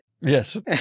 Yes